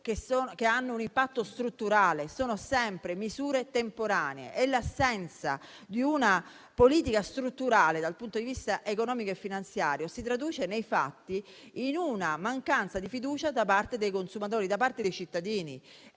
che hanno un impatto strutturale, sono sempre temporanee. L'assenza di una politica strutturale, dal punto di vista economico e finanziario, si traduce nei fatti in mancanza di fiducia da parte dei consumatori, da parte dei cittadini.